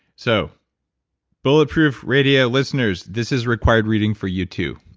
so bulletproof radio listeners, this is required reading for you, too.